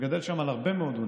מגדל שם על הרבה מאוד דונמים,